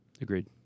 Agreed